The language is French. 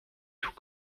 tous